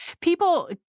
people